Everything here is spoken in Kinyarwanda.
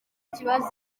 kibazo